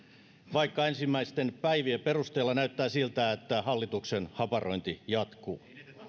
vaikka ensimmäisten päivien perusteella näyttää siltä että hallituksen haparointi jatkuu